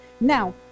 Now